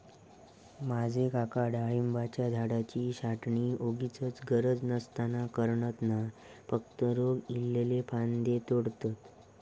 माझे काका डाळिंबाच्या झाडाची छाटणी वोगीचच गरज नसताना करणत नाय, फक्त रोग इल्लले फांदये तोडतत